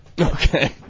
Okay